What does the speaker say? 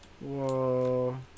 Whoa